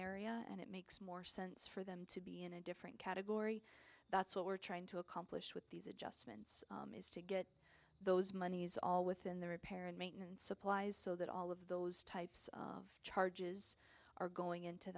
area and it makes more sense for them to be in a different category that's what we're trying to accomplish with these adjustments is to get those monies all within the repair and maintenance supplies so that all of those types of charges are going into